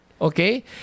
okay